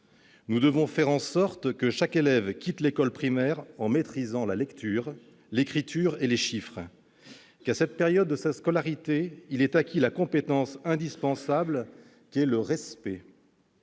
Nous devons faire en sorte que chaque élève quitte l'école primaire en maîtrisant la lecture, l'écriture et les chiffres, et qu'à cette période de sa scolarité, il ait acquis la compétence indispensable qu'est le respect.